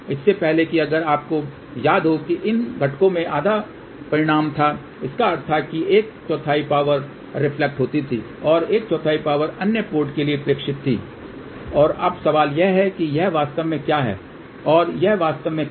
इससे पहले कि अगर आपको याद हो कि इन घटकों में आधा परिमाण था जिसका अर्थ था कि एक चौथाई पावर रिफ्लेक्टेड होती थी और एक चौथाई पावर अन्य पोर्ट के लिए प्रेषित थी तो अब सवाल यह है कि यह वास्तव में क्या है और यह वास्तव में कैसे होता है